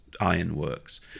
ironworks